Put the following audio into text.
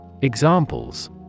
Examples